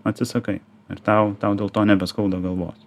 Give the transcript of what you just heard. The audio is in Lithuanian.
atsisakai ir tau tau dėl to nebeskauda galvos